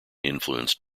influenced